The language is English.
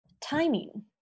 timing